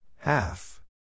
Half